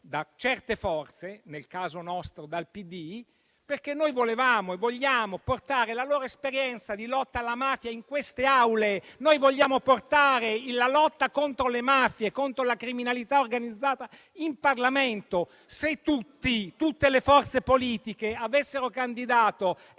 da certe forze - nel nostro caso dal PD - perché noi volevamo e vogliamo portare la loro esperienza di lotta alla mafia in queste Aule. Noi vogliamo portare la lotta contro le mafie e la criminalità organizzata in Parlamento. Se tutti, tutte le forze politiche avessero candidato